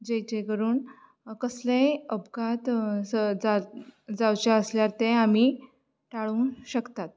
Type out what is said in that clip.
जें जें करून कसलेंय अपघात जावचे आसल्यार ते आमी टाळूंक शकतात